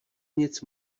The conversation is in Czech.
nic